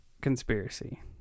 conspiracy